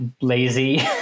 lazy